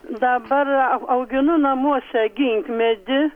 dabar au auginu namuose ginkmedį